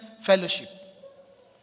fellowship